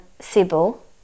Sibyl